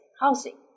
housing